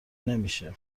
نمیشه